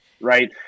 right